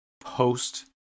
post